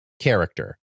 character